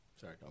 sorry